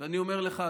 ואני אומר לך,